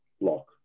block